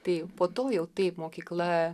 tai po to jau taip mokykla